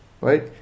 right